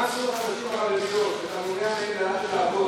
מה עשו לך הנשים החרדיות שאתה מעוניין,